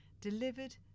delivered